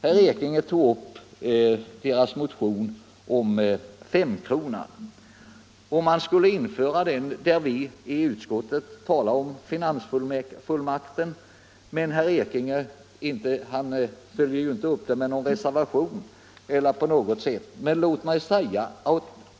Herr Ekinge tog upp motionen om femkronan, men han följer ju inte upp motionen med någon reservation.